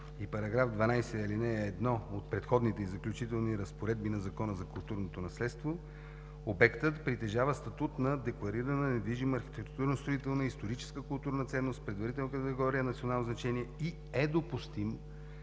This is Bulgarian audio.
и § 12, ал. 1 от Преходните и заключителните разпоредби на Закона за културното наследство обектът притежава статут на декларирана недвижима архитектурно-строителна и историческа културна ценност в предварителна категория „национално значение“ и е допустим